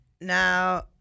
now